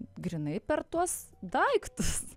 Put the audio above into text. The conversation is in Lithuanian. grynai per tuos daiktus